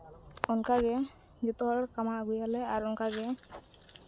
ᱚᱱᱠᱟᱜᱮ ᱡᱚᱛᱚ ᱦᱚᱲ ᱠᱟᱢᱟᱣ ᱟᱹᱜᱩᱭᱟᱞᱮ ᱟᱨ ᱚᱱᱠᱟᱜᱮ